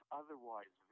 otherwise